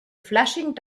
flashing